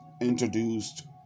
introduced